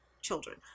children